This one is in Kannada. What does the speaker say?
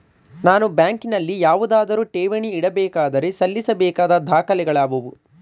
ನಾನು ಬ್ಯಾಂಕಿನಲ್ಲಿ ಯಾವುದಾದರು ಠೇವಣಿ ಇಡಬೇಕಾದರೆ ಸಲ್ಲಿಸಬೇಕಾದ ದಾಖಲೆಗಳಾವವು?